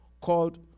called